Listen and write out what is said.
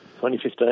2015